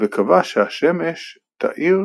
וקבע שהשמש תאיר